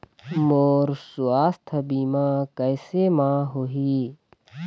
मोर सुवास्थ बीमा कैसे म होही?